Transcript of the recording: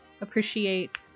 appreciate